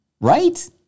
right